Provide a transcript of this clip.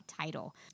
title